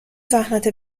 زحمت